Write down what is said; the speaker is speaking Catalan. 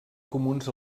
comuns